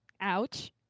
Ouch